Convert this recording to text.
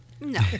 No